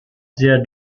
sehr